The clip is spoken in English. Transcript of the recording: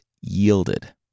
yielded